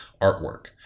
artwork